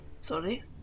Sorry